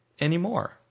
anymore